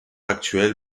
actuelle